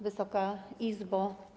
Wysoka Izbo!